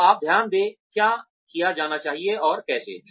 तो आप ध्यान दें क्या किया जाना चाहिए और कैसे